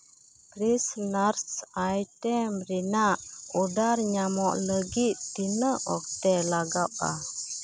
fresheners item ᱨᱮᱱᱟᱜ order ᱧᱟᱢᱚᱜᱽ ᱞᱟᱹᱜᱤᱫ ᱛᱤᱱᱟᱹᱜ ᱚᱠᱛᱮ ᱞᱟᱜᱟᱜᱽᱼᱟ